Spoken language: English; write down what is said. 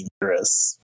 dangerous